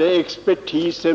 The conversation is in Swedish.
expertis.